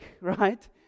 right